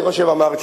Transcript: אני חושב שאמרת,